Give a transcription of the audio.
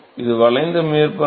இது வளைந்த மேற்பரப்பு